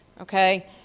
Okay